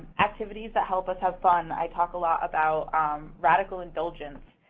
activities that help us have fun. i talk a lot about radical indulgence.